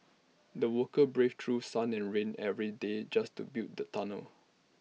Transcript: the workers braved through sun and rain every day just to build the tunnel